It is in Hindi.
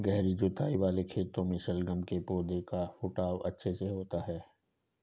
गहरी जुताई वाले खेतों में शलगम के पौधे का फुटाव अच्छे से होता है